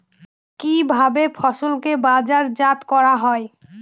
কিভাবে ফসলকে বাজারজাত করা হয়?